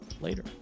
later